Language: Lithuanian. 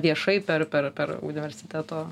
viešai per per per universiteto